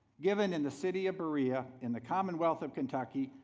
given in the city of berea in the commonwealth of kentucky,